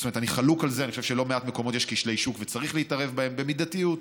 אני חושב שבלא מעט מקומות יש כשלי שוק וצריך להתערב בהם במידתיות.